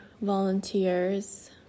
volunteers